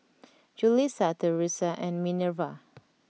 Julisa Thresa and Minerva